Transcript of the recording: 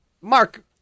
Mark